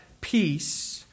peace